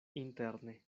interne